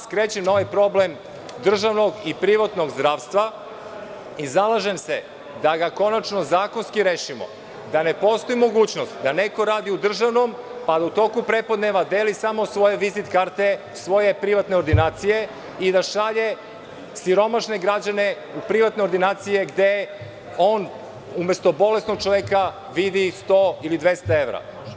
Skrećem pažnju na ovaj problem državnog i privatnog zdravstva i zalažem se da ga konačno zakonskim rešimo, da ne postoji mogućnost da neko radi u državnom, pa u toku prepodneva deli svoje vizit karte svoje privatne ordinacije i da šalje siromašne građane u privatne ordinacije gde on umesto bolesnog čoveka vidi 100 ili 200 evra.